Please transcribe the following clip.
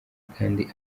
kandi